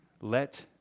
Let